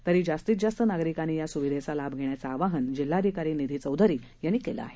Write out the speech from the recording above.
तरी जास्तीत जास्त नागरिकांनी या सुविधेचा लाभ घेण्याचं आवाहन जिल्हाधिकारी निधी चौधरी यांनी केले आहे